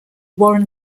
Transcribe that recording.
warren